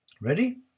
Ready